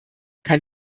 kann